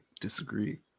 disagree